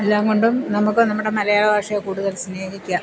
എല്ലാം കൊണ്ടും നമുക്ക് നമ്മുടെ മലയാള ഭാഷയെ കൂടുതൽ സ്നേഹിക്കാം